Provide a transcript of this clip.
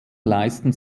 leisten